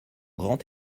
grand